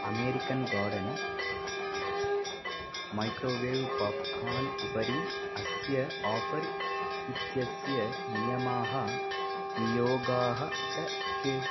American garden microwave popcorn उपरि अस्य offer इत्यस्य नियमाः नियोगाः च के